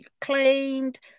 claimed